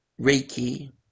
Reiki